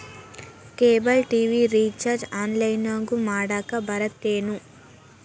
cable TV recharge ಆನ್ಲೈನ್ನ್ಯಾಗು ಮಾಡಕ ಬರತ್ತೇನು